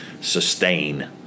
sustain